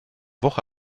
woche